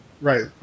Right